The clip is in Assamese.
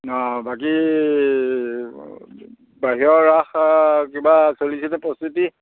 অঁ বাকী বাহিৰৰ ৰাস কিবা চলিছেনে প্ৰস্তুতি